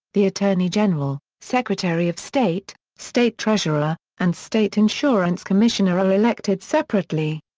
the attorney general, secretary of state, state treasurer, and state insurance commissioner are elected separately.